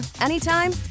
anytime